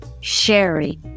Sherry